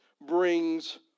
brings